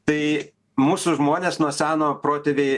tai mūsų žmonės nuo seno protėviai